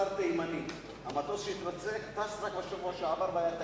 שר תימני: המטוס שהתרסק טס רק בשבוע שעבר והיה תקין.